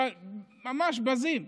ממש בזים,